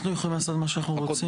אנחנו יכולים לעשות מה שאנחנו רוצים?